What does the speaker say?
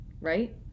right